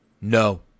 No